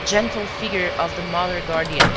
gentle figure of the mother-guardian,